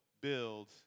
build